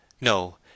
no